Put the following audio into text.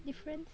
difference max